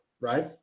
right